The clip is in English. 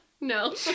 No